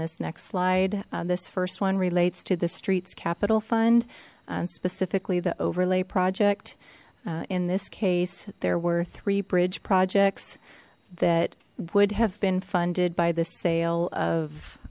this next slide this first one relates to the streets capital fund and specifically the overlay project in this case there were three bridge projects that would have been funded by the sale of